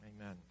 Amen